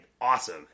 awesome